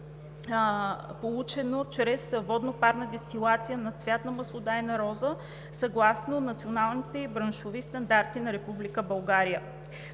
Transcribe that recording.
получено чрез водно-парна дестилация на цвят от маслодайна роза съгласно национални или браншови стандарти в Република България.